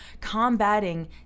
combating